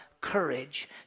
courage